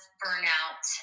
burnout